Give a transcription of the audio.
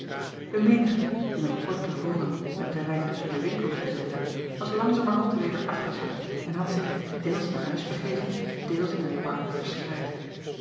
e menigte die nog kort te voren het terrein tusschen de winkels bezette was langzamerhand weder afgezakt en had zich deels naar huis begeven deels in het park verspreid